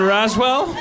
Roswell